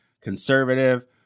conservative